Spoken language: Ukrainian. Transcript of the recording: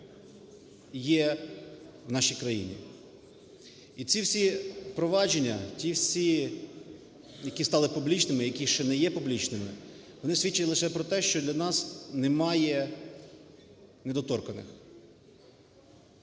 є в нашій країні. І ці всі провадження, ті всі, які стали публічними, які ще не є публічними, вони свідчать лише про те, що для нас немає недоторканих.